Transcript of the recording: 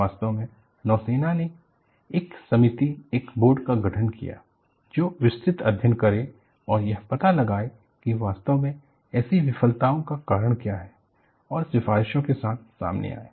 वास्तव में नौसेना ने एक समिति एक बोर्ड का गठन किया जो विस्तृत अध्ययन करे और यह पता लगाए कि वास्तव में ऐसी विफलताओं का कारण क्या है और सिफारिशों के साथ सामने आए